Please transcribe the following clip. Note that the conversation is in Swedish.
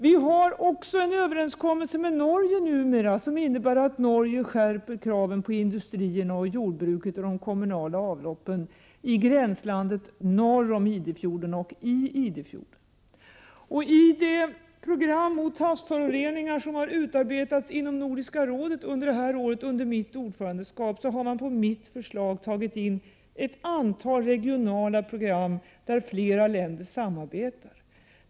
Vi har numera också en överenskommelse med Norge som innebär att Norge skärper kraven på industrierna, jordbruket och de kommunala avloppen i gränslandet norr om Idefjorden och i Idefjorden. I det program mot havsföroreningar som under det här året under mitt ordförandeskap har utarbetats inom Nordiska rådet har man på mitt förslag tagit in ett antal regionala program där flera länder samarbetar.